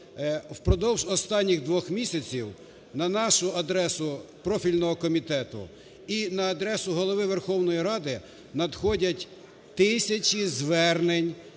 впродовж останніх 2 місяців на нашу адресу профільного комітету і на адресу Голови Верховної Ради надходять тисячі звернень